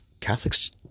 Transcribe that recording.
Catholics